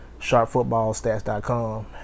sharpfootballstats.com